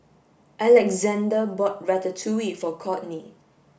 Alexzander bought Ratatouille for Courtney